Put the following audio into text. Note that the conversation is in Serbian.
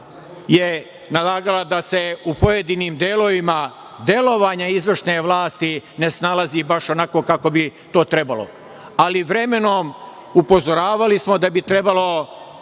je nalagala da se u pojedinim delovima delovanja izvršne vlasti ne snalazi baš onako kako bi to trebalo. Ali, vremenom, upozoravali smo da bi trebalo